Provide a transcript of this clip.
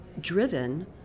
driven